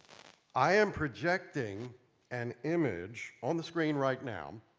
i'm projecting an image on the screen right now.